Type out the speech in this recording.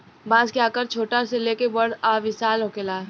बांस के आकर छोट से लेके बड़ आ विशाल होखेला